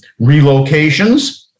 relocations